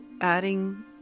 adding